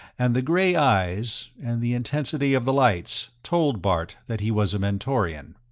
and the gray eyes, and the intensity of the lights, told bart that he was a mentorian.